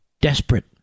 Desperate